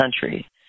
country